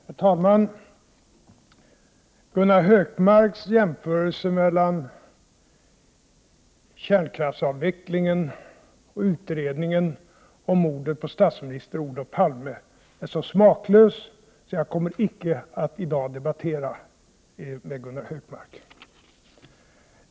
Herr talman! Gunnar Hökmarks jämförelse mellan kärnkraftsavvecklingen och utredningen om mordet på statsminister Olof Palme är så smaklös att jag i dag icke kommer att debattera med Gunnar Hökmark.